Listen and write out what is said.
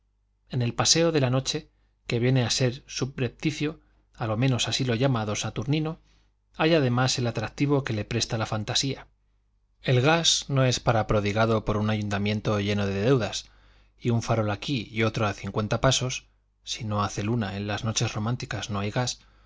en el paseo de la noche que viene a ser subrepticio a lo menos así lo llama don saturnino hay además el atractivo que le presta la fantasía el gas no es para prodigado por un ayuntamiento lleno de deudas y un farol aquí otro a cincuenta pasos si no hace luna en las noches románticas no hay gas no deslumbran ni quitan a la noche su misterio se ve lo que no hay cada